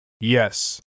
Yes